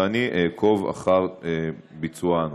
ואני אעקוב אחר ביצוע הנושא.